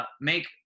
Make